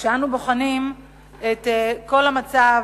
כשאנו בוחנים את המצב